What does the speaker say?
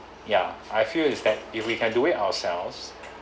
ya I feel is that if we can do it ourselves